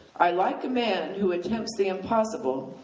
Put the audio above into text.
i like a man who attempts the impossible,